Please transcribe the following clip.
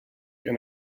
and